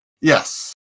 Yes